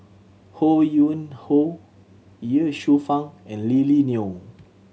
Ho Yuen Hoe Ye Shufang and Lily Neo